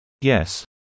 Yes